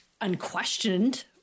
unquestioned